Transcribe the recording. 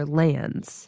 lands